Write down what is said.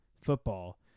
football